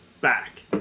back